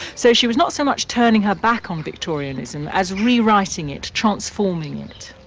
so she was not so much turning her back on victorianism as rewriting it, transforming it.